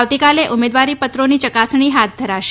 આવતીકાલે ઉમેદવારી પત્રોની ચકાસણી હાથ ધરાશે